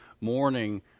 morning